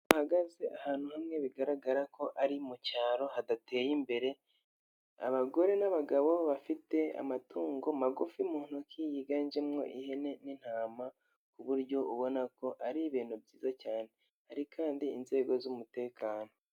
Bahagaze ahantu hamwe bigaragara ko ari mu cyaro hadateye imbere, abagore n'abagabo bafite amatungo magufi mu ntoki yiganjemo ihene n'intama, ku buryo ubona ko ari ibintu byiza cyane, hari kandi inzego z'umutekano.